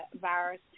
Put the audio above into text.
virus